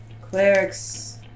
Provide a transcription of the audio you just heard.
Clerics